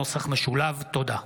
תודה.